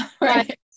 right